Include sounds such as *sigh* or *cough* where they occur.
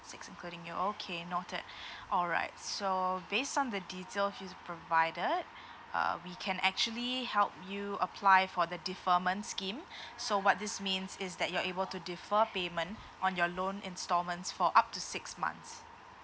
six including you okay noted *breath* alright so base on the details provided uh we can actually help you apply for the deferment scheme so what this means is that you're able to defer payment on your loan installments for up to six months